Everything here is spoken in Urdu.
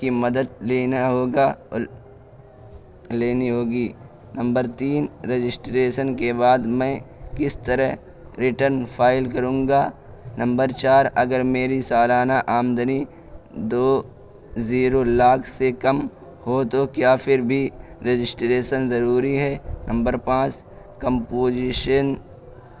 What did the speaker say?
کی مدد لینا ہوگا اور لینی ہوگی نمبر تین رجسٹریشن کے بعد میں کس طرح ریٹرن فائل کروں گا نمبر چار اگر میری سالانہ آمدنی دو زیرو لاکھ سے کم ہو تو کیا پھر بھی رجسٹریشن ضروری ہے نمبر پانچ کمپوزیشن